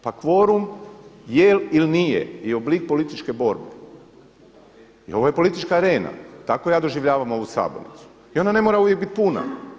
Pa kvorum je ili nije oblik političke borbe i ovo je politička arena, tako ja doživljavam ovu sabornicu i ona ne mora uvijek biti puna.